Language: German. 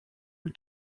und